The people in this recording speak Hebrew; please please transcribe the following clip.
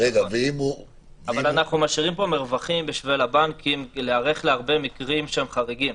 אנחנו משאירים פה מרווחים בשביל הבנקים להיערך למקרים שהם חריגים.